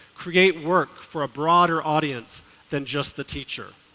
create work for a broader audience than just the teacher.